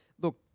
Look